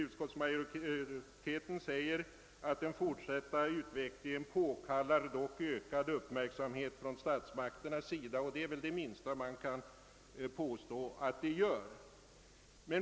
Utskottsmajoriteten säger att den fortsatta utvecklingen påkallar ökad uppmärksamhet från statsmakternas sida, och det är väl det minsta man kan påstå att den gör.